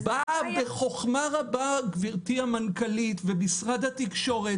באים בחוכמה רבה גברתי המנכ"לית ומשרד התקשורת